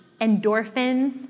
endorphins